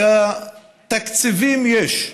שתקציבים יש,